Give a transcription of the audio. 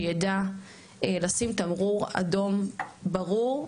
שידע לשים תמרור אדום ברור,